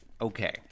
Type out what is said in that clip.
Okay